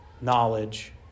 knowledge